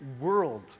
world